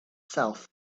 south